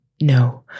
No